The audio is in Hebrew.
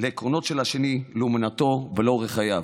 לעקרונות של האחר, לאמונתו ולאורח חייו.